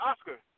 Oscar